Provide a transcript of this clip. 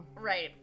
Right